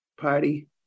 party